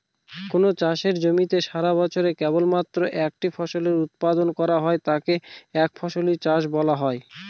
কোনো চাষের জমিতে সারাবছরে কেবলমাত্র একটা ফসলের উৎপাদন করা হলে তাকে একফসলি চাষ বলা হয়